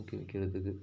ஊக்குவிக்கிறதுக்கு